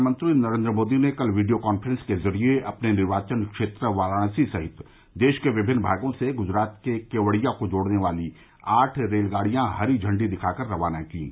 प्रधानमंत्री नरेन्द्र मोदी ने कल वीडियो कॉन्फ्रेंस के ज़रिए अपने निर्वाचन क्षेत्र वाराणसी सहित देश के विभिन्न भागों से ग़जरात के केवड़िया को जोड़ने वाली आठ रेलगाड़ियां हरी झंडी दिखाकर रवाना कीं